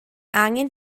angen